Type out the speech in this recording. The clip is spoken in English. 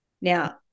Now